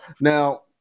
now